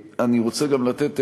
אני רוצה גם לתת דוגמה,